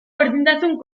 berdintasun